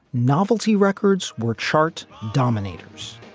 novelty records were chart dominators